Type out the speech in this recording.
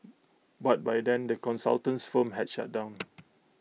but by then the consultant's firm had shut down